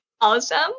Awesome